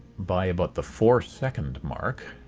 by about the four-second mark,